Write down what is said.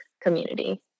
community